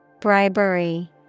Bribery